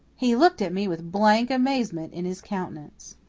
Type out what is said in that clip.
he looked at me with blank amazement in his countenance.